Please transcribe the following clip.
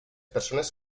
persones